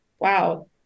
wow